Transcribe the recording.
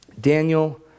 Daniel